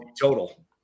total